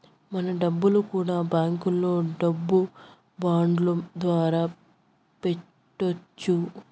మన డబ్బులు కూడా బ్యాంకులో డబ్బు బాండ్ల ద్వారా పెట్టొచ్చు